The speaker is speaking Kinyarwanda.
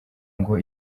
ngo